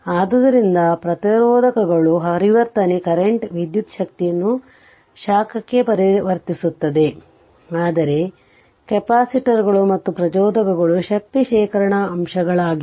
ಆದ್ದರಿಂದ ಪ್ರತಿರೋಧಕಗಳು ಪರಿವರ್ತನೆ ಕರೆಂಟ್ ವಿದ್ಯುತ್ ಶಕ್ತಿಯನ್ನು ಶಾಖಕ್ಕೆ ಪರಿವರ್ತಿಸುತ್ತದೆ ಆದರೆ ಕೆಪಾಸಿಟರ್ಗಳು ಮತ್ತು ಪ್ರಚೋದಕಗಳು ಶಕ್ತಿ ಶೇಖರಣಾ ಅಂಶಗಳಾಗಿವೆ